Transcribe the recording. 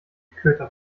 köter